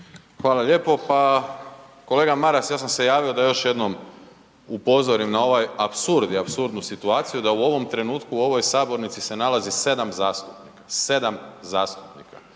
Hvala lijepo. Pa kolega Maras, ja sam se javio da još jednom upozorim na ovaj apsurd i apsurdnu situaciju da u ovom trenutku u ovoj sabornici se nalazi 7 zastupnika. 7 zastupnika.